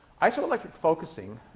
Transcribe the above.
isoelectric focusing